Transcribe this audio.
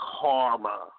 karma